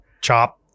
Chop